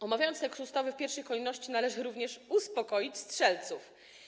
Omawiając tekst ustawy, w pierwszej kolejności należy też uspokoić strzelców.